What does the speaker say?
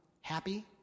happy